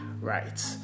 right